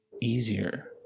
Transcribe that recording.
easier